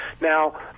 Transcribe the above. Now